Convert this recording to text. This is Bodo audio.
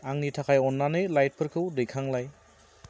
आंनि थाखाय अननानै लाइटफोरखौ दैखांलाय